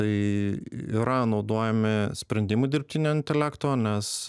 tai yra naudojami sprendimui dirbtinio intelekto nes